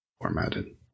formatted